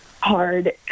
hard